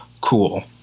cool